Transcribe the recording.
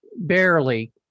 barely